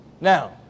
Now